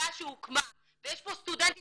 יש נציג צעיר,